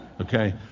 Okay